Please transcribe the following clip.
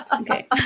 Okay